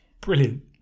Brilliant